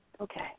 Okay